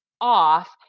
off